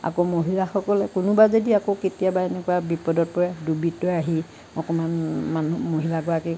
আকৌ মহিলাসকলে কোনোবা যদি আকৌ কেতিয়াবা এনেকুৱা বিপদত পৰে দুৰ্বৃত্তই আহি অকণমান মানুহ মহিলাগৰাকীক